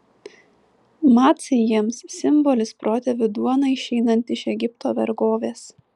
macai jiems simbolis protėvių duona išeinant iš egipto vergovės